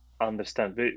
understand